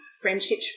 friendship